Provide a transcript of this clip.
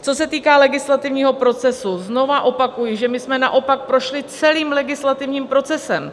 Co se týká legislativního procesu, znovu opakuji, že jsme naopak prošli celým legislativním procesem.